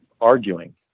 arguing